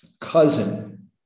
cousin